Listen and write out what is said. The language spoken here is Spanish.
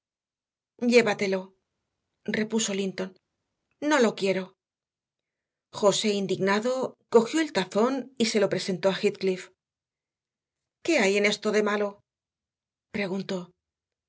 llévatelo repuso linton no lo quiero josé indignado cogió el tazón y se lo presentó a heathcliff qué hay en esto de malo preguntó